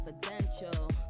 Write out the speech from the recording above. confidential